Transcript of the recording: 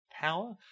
power